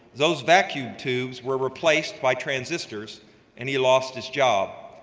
those vacuum tubes were replaced by transistors and he lost his job,